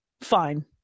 Fine